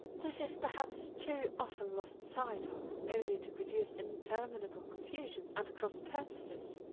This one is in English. this is, perhaps, too often lost sight of, only to produce interminable confusions and cross-purposes.